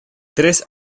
tres